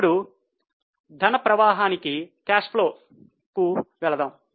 ఇప్పుడు ధన ప్రవాహానికి వెళదాం